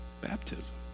Baptism